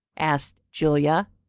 asked julia.